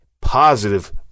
positive